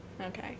okay